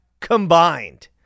combined